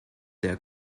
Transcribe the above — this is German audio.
der